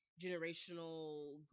generational